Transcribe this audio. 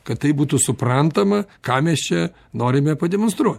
kad tai būtų suprantama ką mes čia norime pademonstruot